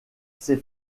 ces